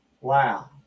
Wow